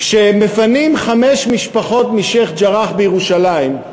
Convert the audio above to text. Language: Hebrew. כשמפנים חמש משפחות משיח'-ג'ראח בירושלים,